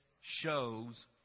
shows